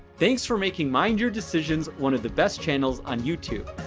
thanks for making mind your decisions one of the best channels on youtube.